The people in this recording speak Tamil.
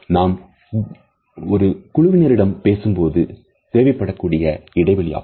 நாம் குரு குழுவினரிடம் பேசும்பொழுது தேவைப்படக்கூடிய இடஅளவாகும்